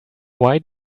why